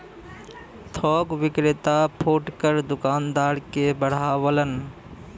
थोक विक्रेता फुटकर दूकानदार के बढ़ावलन